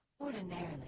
Ordinarily